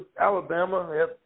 Alabama